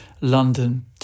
London